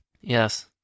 yes